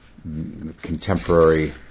contemporary